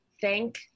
thank